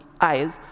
eyes